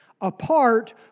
apart